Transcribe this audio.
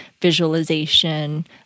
visualization